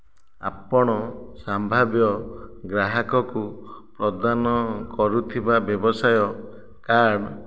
ଆପଣ ସମ୍ଭାବ୍ୟ ଗ୍ରାହକଙ୍କୁ ପ୍ରଦାନ କରୁଥିବା ବ୍ୟବସାୟ କାର୍ଡ଼